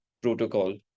protocol